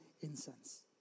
incense